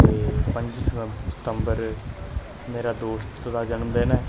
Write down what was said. ते पंज सितम्बर मेरे दोस्त दा जन्मदिन ऐ